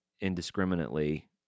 indiscriminately